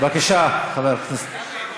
בבקשה, חבר הכנסת.